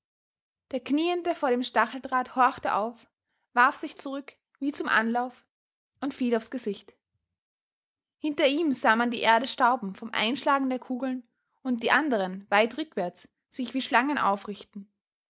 der knieende vor dem stacheldraht horchte auf warf sich zurück wie zum anlauf und fiel aufs gesicht hinter ihm sah man die erde stauben vom einschlagen der kugeln und die anderen weit rückwärts sich wie schlangen aufrichten